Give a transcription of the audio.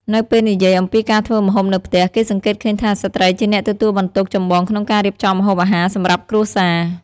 នៅពេលនិយាយអំពីការធ្វើម្ហូបនៅផ្ទះ គេសង្កេតឃើញថា ស្ត្រីជាអ្នកទទួលបន្ទុកចម្បងក្នុងការរៀបចំម្ហូបអាហារ សម្រាប់គ្រួសារ។